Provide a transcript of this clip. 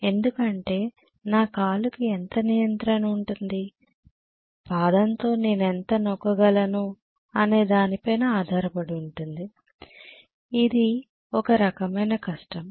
ఎందుకంటే నా కాలుకు ఎంత నియంత్రణ ఉంటుంది పాదంతో నేనెంత నొక్కగలరు అనేదానిపై ఆధారపడి ఉంటుంది ఇది ఒక రకమైన కష్టం